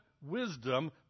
wisdom